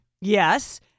Yes